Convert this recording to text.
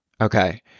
okay